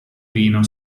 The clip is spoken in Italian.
vino